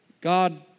God